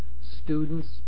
students